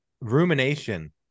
rumination